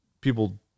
people